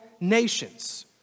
nations